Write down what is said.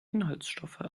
inhaltsstoffe